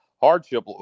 hardship